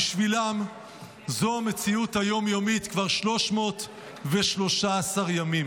בשבילם זו המציאות היום-יומית כבר 313 ימים,